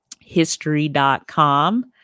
history.com